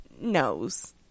knows